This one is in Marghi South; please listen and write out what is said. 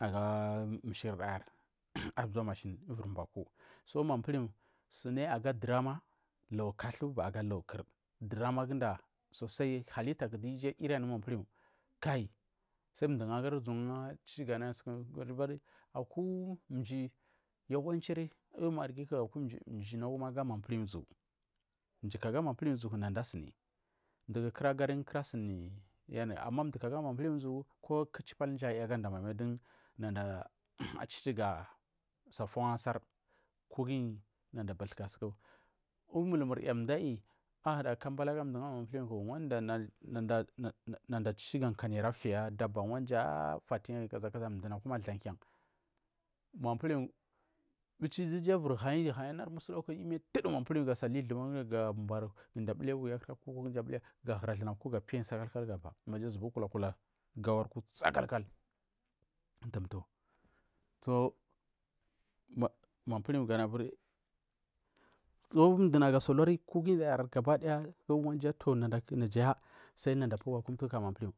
aga mishikirdayar ar bza mashin ivir baku dun manpihiu sugu aga dunama lau kathu aga lau kur duramaguda lalita sosai du iju ayiri anu manpuhu kai sai mdu kura uzun kura ga nagu gadubari aku mji yawanchiri uku marghi mju nagum aga manpalwu uzu mjiku aga man piliu uzuku nada asini mduku kura gari nada asini ama mjigu agari ko kuchipal mji ayi agadamai naga achuga forgu akwa sar kugi nada bathuka suku ku umulmurya ahura kambala aga ndur manpuhiu ku wanda nada chir ga kanda ara fu faya daba wanja a. a, kaza kaza ndunakuma thakin manpihiu bichi duja ivir hahi mchi emi ga tudu nada ga mai alu thua gala puliya wuya akura ku ga hurathuna wuya arkura ku sakalkal kul ga ba maja azuba kulakula gawarku sakalkal mtumtu gawa buri gabadaya jan wanja nadaga pu kumtu kaka manpihiu.